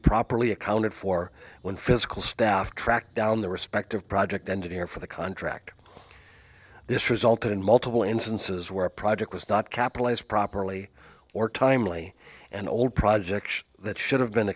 properly accounted for when physical staff tracked down the respective project engineer for the contract this resulted in multiple instances where a project was not capitalized properly or timely and old projects that should have been